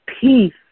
peace